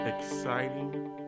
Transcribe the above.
exciting